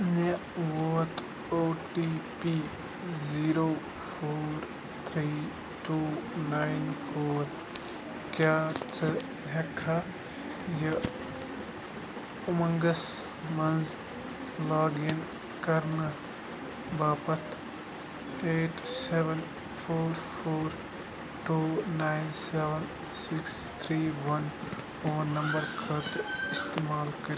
مےٚ ووت O T P zero four three two nine four کیٛاہ ژٕ ہیٚکٕکھا یہِ اُمنٛگس مَنٛز لاگ اِن کَرنہٕ باپتھ eight seven four four two nine seven six three one phone number خٲطرٕ اِستعمال کٔرِتھ